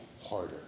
harder